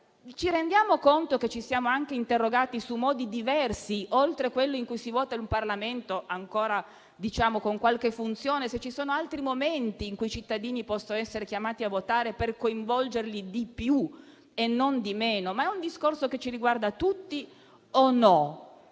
Ci rendiamo conto che ci siamo anche interrogati se ci sono modi diversi, oltre a quello in cui si vota il Parlamento, ancora con qualche funzione, o altri momenti in cui i cittadini possono essere chiamati a votare, per coinvolgerli di più e non di meno? È un discorso che ci riguarda tutti o no?